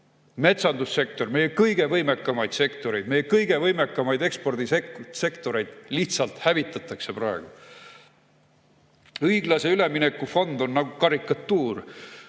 Metsandussektor, meie kõige võimekamaid sektoreid, meie kõige võimekamaid ekspordisektoreid lihtsalt hävitatakse praegu. Õiglase ülemineku fond on nagu karikatuur: